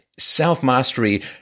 Self-mastery